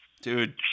Dude